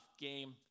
game